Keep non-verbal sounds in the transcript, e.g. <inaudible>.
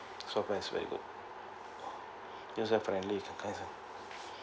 software is very good user friendly <breath>